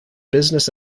business